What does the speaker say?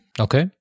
Okay